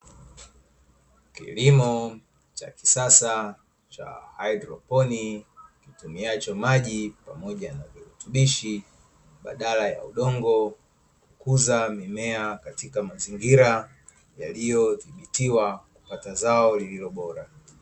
Kilimo cha kisasa cha hydroponi kitumiacho maji pamoja tubishi badala ya udongo kukuza mimea katika mazingira yaliyodhibitiwa kupata zao lililo bora.